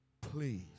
please